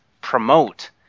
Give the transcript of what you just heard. promote